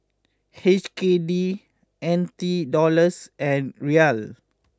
H K D N T Dollars and Riel